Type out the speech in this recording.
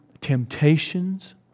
temptations